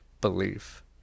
belief